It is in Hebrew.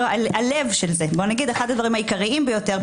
אחד הדברים העיקריים זה ההכשרה.